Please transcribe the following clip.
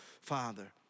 Father